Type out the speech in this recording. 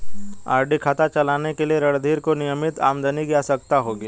RD खाता चलाने के लिए रणधीर को नियमित आमदनी की आवश्यकता होगी